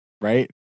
right